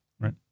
Right